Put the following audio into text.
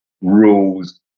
rules